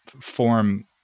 form